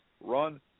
run